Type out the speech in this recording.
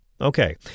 Okay